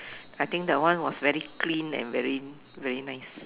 I think that one was very clean and very very nice